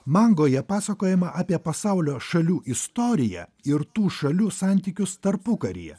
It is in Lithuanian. mangoje pasakojima apie pasaulio šalių istoriją ir tų šalių santykius tarpukaryje